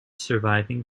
surviving